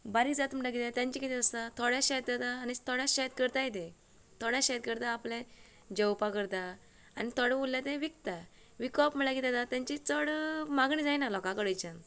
बारीक जाता म्हणल्यार कितें तेंचे कितें आसा थोडे शेत जाता आनी थोडेंच शेत करताय ते थोडेंच शेत करता आपलें जेवपाक करता आनी थोडें उरलेंले ते विकता विकप म्हळ्यार कितें जाता तेंची चड मागणी जायना लोकां कडच्यान